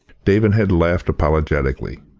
david had laughed apologetically,